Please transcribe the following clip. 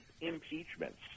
impeachments